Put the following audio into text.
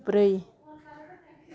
ब्रै